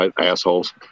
Assholes